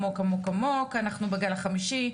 עמוק עמוק, אנחנו בגל החמישי.